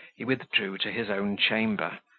he withdrew to his own chamber,